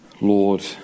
Lord